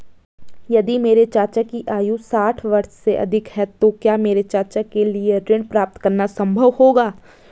यदि मेरे चाचा की आयु साठ वर्ष से अधिक है तो क्या मेरे चाचा के लिए ऋण प्राप्त करना संभव होगा?